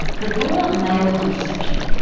but what about male contraception?